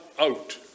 out